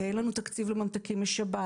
אין לנו תקציב לממתקים בשבת.